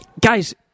Guys